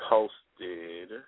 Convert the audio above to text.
Posted